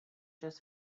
just